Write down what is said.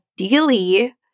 Ideally